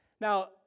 Now